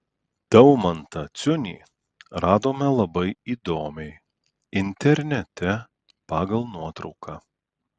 daumantą ciunį radome labai įdomiai internete pagal nuotrauką